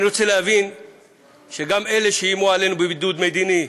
אני רוצה להגיד שגם אלה שאיימו עלינו בבידוד מדיני,